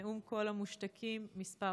נאום קול המושתקים מס'